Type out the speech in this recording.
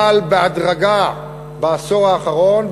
אבל בהדרגה בעשור האחרון,